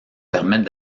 permettent